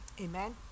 Amen